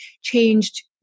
changed